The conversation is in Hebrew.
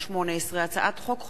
פ/4448/18 וכלה בהצעת חוק פ/4464/18,